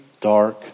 dark